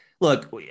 look